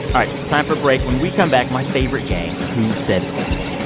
time time for a break. when we come back, my favorite game, who said that.